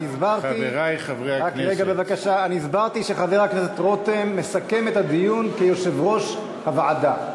אני הסברתי שחבר הכנסת רותם מסכם את הדיון כיושב-ראש הוועדה.